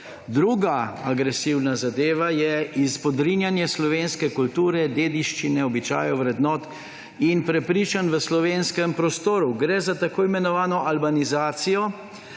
Druga agresivna zadeva je izpodrivanje slovenske kulture, dediščine, običajev, vrednot in prepričanj v slovenskem prostoru. Gre za tako imenovano albanizacijo,